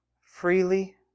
freely